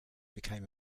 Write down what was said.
became